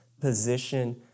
position